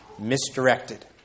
misdirected